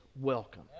welcome